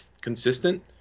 consistent